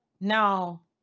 Now